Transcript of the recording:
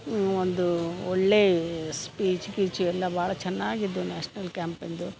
ಒಂದು ಒಳ್ಳೆಯ ಸ್ಪೀಚ್ ಗೀಚು ಎಲ್ಲ ಭಾಳ ಚೆನ್ನಾಗಿದ್ವು ನ್ಯಾಷ್ನಲ್ ಕ್ಯಾಂಪಿಂದು